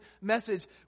message